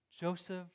Joseph